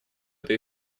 это